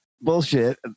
Bullshit